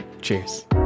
Cheers